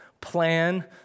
plan